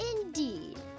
Indeed